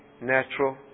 natural